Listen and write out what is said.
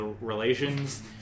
relations